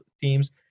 teams